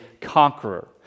conqueror